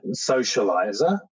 socializer